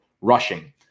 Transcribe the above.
rushing